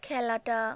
খেলাটা